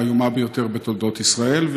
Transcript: האיומה ביותר בתולדות ישראל.